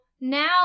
now